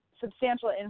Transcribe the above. substantial